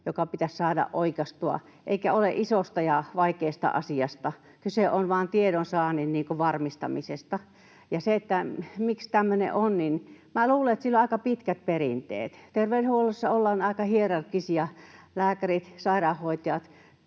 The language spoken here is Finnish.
joka pitäisi saada oikaistua, eikä ole kyse isosta ja vaikeasta asiasta. Kyse on vain tiedonsaannin varmistamisesta. Ja se, että miksi tämmöinen on, niin minä luulen, että sillä on aika pitkät perinteet. Terveydenhuollossa ollaan aika hierarkkisia: lääkärit, sairaanhoitajat,